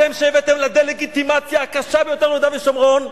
אתם שהבאתם לדה-לגיטימציה הקשה ביותר ביהודה ושומרון,